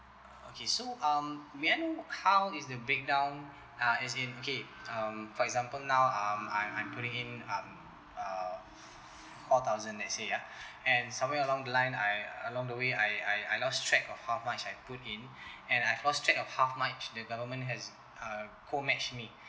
okay so um may I know how is the breakdown uh as in okay um for example now um I'm I'm putting in um uh four thousand let's say ya and somewhere along the line I along the way I I I lost track of how much I put in and I lost track of how much the government has uh co match me